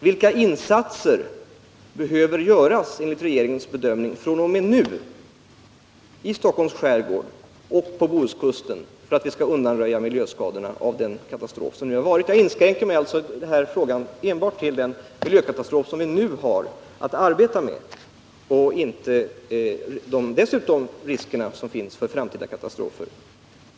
Vilka insatser behöver enligt regeringens bedömning fr.o.m. nu göras i Stockholms skärgård och på Bohuskusten för att undanröja miljöskadorna av den katastrof som nu har ägt rum? Jag inskränker mig alltså i denna fråga till den miljökatastrof som vi nu har att arbeta med och tar inte med de risker som finns för framtida katastrofer.